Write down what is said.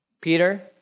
Peter